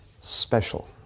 special